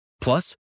Plus